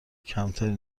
کمتری